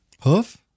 Hoof